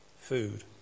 food